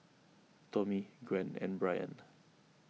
Tommie Gwen and Brianne